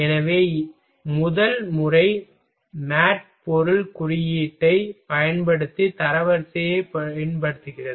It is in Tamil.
எனவே முதல் முறை மேட் பொருள் குறியீட்டைப் பயன்படுத்தி தரவரிசையைப் பயன்படுத்துகிறது